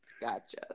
gotcha